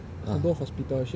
uh